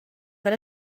fel